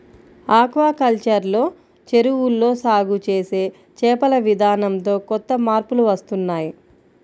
aquaculture లో చెరువుల్లో సాగు చేసే చేపల విధానంతో కొత్త మార్పులు వస్తున్నాయ్